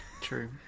True